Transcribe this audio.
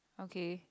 okay